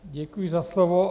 Děkuji za slovo.